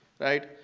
Right